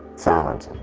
silence